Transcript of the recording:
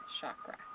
chakra